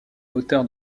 hauteur